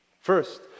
First